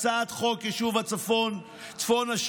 הצעת חוק יישוב צפון השומרון,